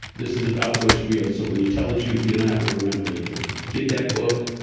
this is about what's real. so when you tell the truth, you don't have to remember anything get that book.